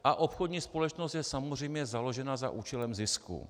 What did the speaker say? A obchodní společnost je samozřejmě založena za účelem zisku.